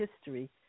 history